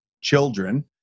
children